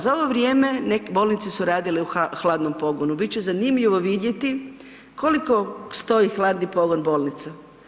Za ovo vrijeme bolnice su radile u hladnom pogonu, bit će zanimljivo vidjeti koliko stoji hladni pogon bolnica.